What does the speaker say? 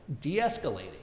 de-escalating